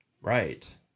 Right